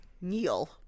Neil